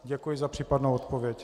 Děkuji za případnou odpověď.